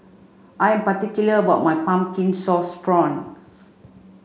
I'm particular about my Pumpkin Sauce Prawns